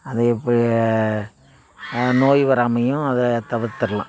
அது இப்போ நோய் வராமையும் அதை தவிர்த்திடலாம்